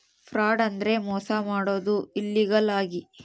fraud ಅಂದ್ರೆ ಮೋಸ ಮಾಡೋದು ಇಲ್ಲೀಗಲ್ ಆಗಿ